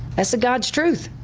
that's the god's truth.